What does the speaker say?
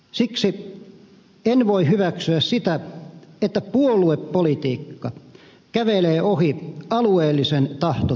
siksi en voi hyväksyä sitä että puoluepolitiikka kävelee ohi alueellisen tahtotilan